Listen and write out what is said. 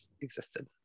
existed